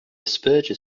asperger